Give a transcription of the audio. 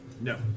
No